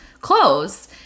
clothes